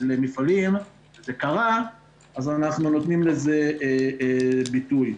למפעלים, אז אנחנו נותנים לזה ביטוי.